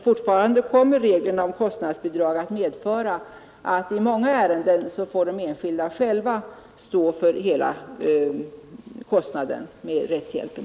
Fortfarande kommer nämligen reglerna om kostnadsbidrag att medföra att de enskilda själva i många ärenden får stå för hela kostnaden för rättshjälpen.